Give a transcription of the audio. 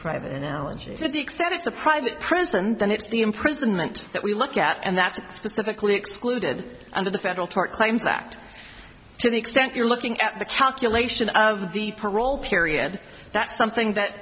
private analogy to the extent it's a private prison then it's the imprisonment that we look at and that's specifically excluded under the federal tort claims act to the extent you're looking at the calculation of the parole period that's something that